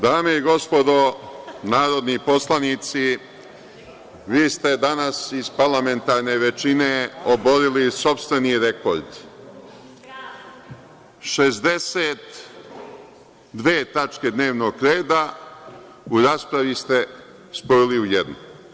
Dame i gospodo narodni poslanici, vi ste danas iz parlamentarne većine oborili sopstveni rekord, šezdeset dve tačke dnevnog reda u raspravi ste spojili u jednu.